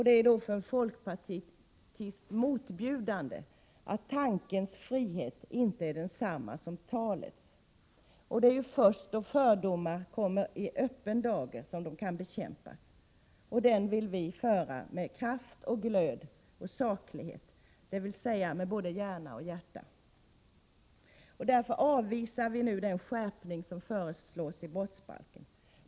Det är för en folkpartist motbjudande att tankens frihet inte är densamma som talets frihet. Och det är först då fördomar kommer i öppen dag som de kan bekämpas. Den kampen vill vi föra med kraft och glöd och saklighet, dvs. med både hjärta och hjärna. Därför avvisar vi nu den skärpning i brottsbalken som föreslås.